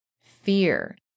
fear